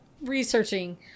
researching